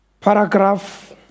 Paragraph